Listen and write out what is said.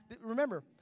Remember